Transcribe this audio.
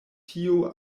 tio